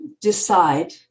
decide